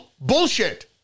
Bullshit